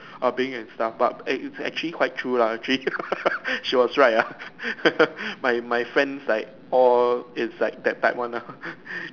Ah-beng and stuff but eh its actually quite true lah actually she was right ah my my friends like all is like that type one nah